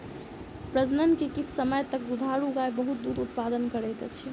प्रजनन के किछ समय तक दुधारू गाय बहुत दूध उतपादन करैत अछि